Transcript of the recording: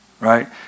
right